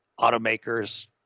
automakers